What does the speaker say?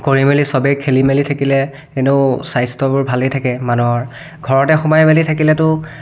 কৰি মেলি সবেই খেলি মেলি থাকিলে এনেও স্বাস্থ্যবোৰ ভালেই থাকে মানুহৰ ঘৰতে সোমাই মেলি থাকিলেতো